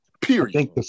Period